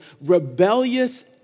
rebellious